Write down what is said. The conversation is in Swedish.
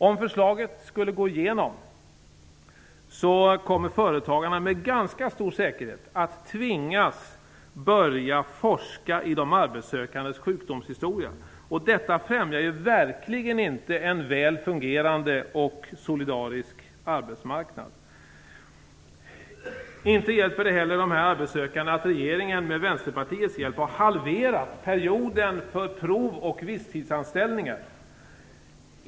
Om förslaget skulle gå igenom kommer företagarna med ganska stor säkerhet att tvingas att börja forska i de arbetssökandes sjukdomshistoria. Detta främjar verkligen inte en väl fungerande och solidarisk arbetsmarknad. Inte hjälper det heller dessa arbetssökande att regeringen med Vänsterpartiets hjälp halverat perioden för prov och visstidsanställningar.